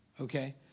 Okay